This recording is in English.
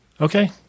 Okay